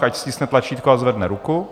Ať stiskne tlačítko a zvedne ruku.